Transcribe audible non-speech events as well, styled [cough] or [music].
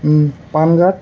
[unintelligible]